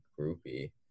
groupie